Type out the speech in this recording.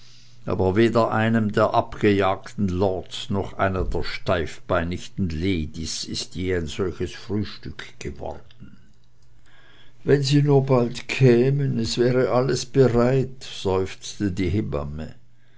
aber weder einem der abgejagten lords noch einer der steifbeinichten ladies ist je ein solches frühstück geworden wenn sie nur bald kämen es wäre alles bereit seufzte die hebamme